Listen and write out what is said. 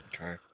Okay